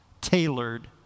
tailored